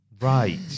Right